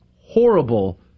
horrible